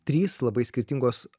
trys labai skirtingos